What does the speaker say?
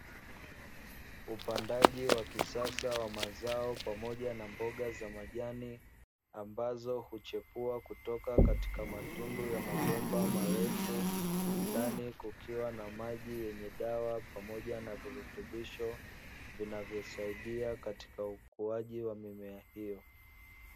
Upandaji wa kisasa wa mazao pamoja na mboga za majani, ambazo huchipua kutoka katika matundu ya mabomba marefu ndani kukiwa na maji yenye dawa pamoja na virutubisho vinavyosaidia katika ukuaji wa mimea hiyo.